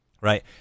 Right